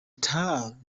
town